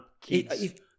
kids